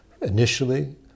initially